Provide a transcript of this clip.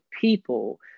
people